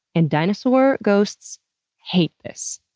and dinosaur ghosts hate this.